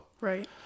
Right